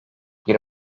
bir